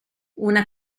una